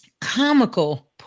comical